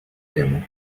demo